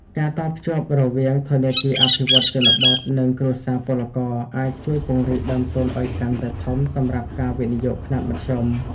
ការតភ្ជាប់រវាង "ធនាគារអភិវឌ្ឍន៍ជនបទ" និងគ្រួសារពលករ អាចជួយពង្រីកដើមទុនឱ្យកាន់តែធំសម្រាប់ការវិនិយោគខ្នាតមធ្យម។